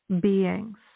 beings